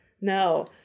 No